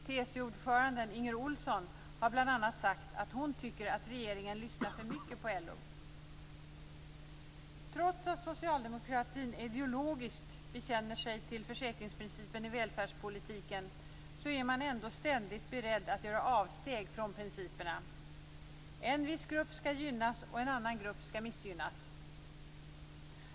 TCO ordföranden Inger Ohlsson har bl.a. sagt att hon tycker att regeringen lyssnar för mycket på LO. Trots att socialdemokratin ideologiskt bekänner sig till försäkringsprincipen i välfärdspolitiken är man ändå ständigt beredd att göra avsteg från principerna. En viss grupp skall gynnas, och en annan grupp skall missgynnas.